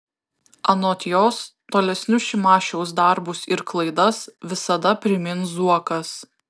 anot jos tolesnius šimašiaus darbus ir klaidas visada primins zuokas